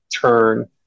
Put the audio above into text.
turn